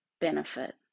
benefit